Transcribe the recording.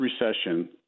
recession